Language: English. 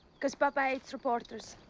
cause papa hates reporters.